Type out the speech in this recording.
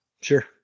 sure